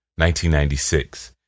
1996